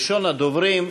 ראשון הדוברים,